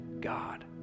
God